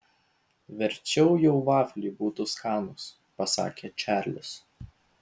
verčiau jau vafliai būtų skanūs pasakė čarlis